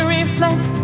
reflect